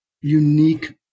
unique